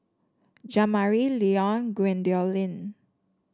Jamari Leon Gwendolyn